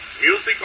Music